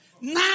Nine